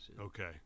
Okay